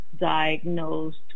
diagnosed